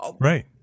Right